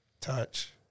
Touch